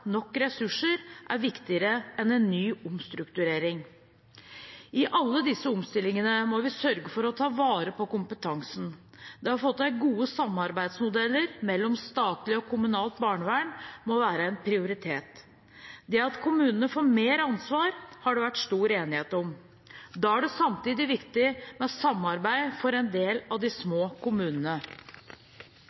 nok ressurser er viktigere enn en ny omstrukturering. I alle disse omstillingene må vi sørge for å ta vare på kompetansen. Det å få til gode samarbeidsmodeller mellom statlig og kommunalt barnevern må være en prioritet. Det at kommunene får mer ansvar, har det vært stor enighet om. Da er det samtidig viktig med samarbeid for en del av de små kommunene.